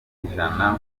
ijana